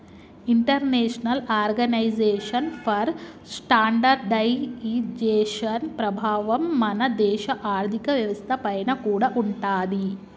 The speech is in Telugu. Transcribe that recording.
ఇంటర్నేషనల్ ఆర్గనైజేషన్ ఫర్ స్టాండర్డయిజేషన్ ప్రభావం మన దేశ ఆర్ధిక వ్యవస్థ పైన కూడా ఉంటాది